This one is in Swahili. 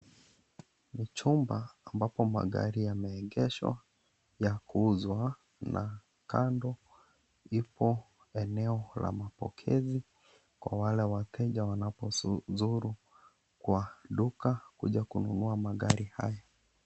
Ni chumba ambapo magari yameegeshwa ya kuuzwa na kando ipo eneo la mapokezi kwa wale wateja wanapozuru kwa duka kuja kununa magari hayo.